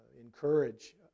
encourage